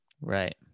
right